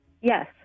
yes